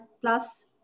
plus